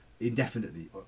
indefinitely